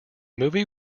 movie